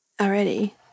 already